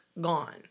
gone